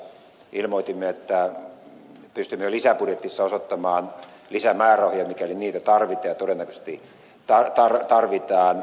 ilmoitimme että pystymme jo lisäbudjetissa osoittamaan lisämäärärahoja mikäli niitä tarvitaan ja todennäköisesti tarvitaan